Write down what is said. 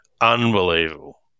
unbelievable